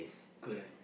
good leh